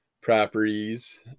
properties